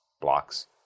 blocks